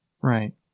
Right